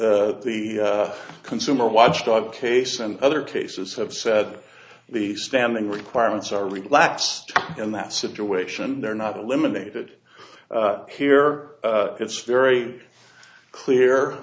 and the consumer watchdog case and other cases have said the standing requirements are relaxed in that situation they're not eliminated here it's very clear